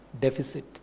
deficit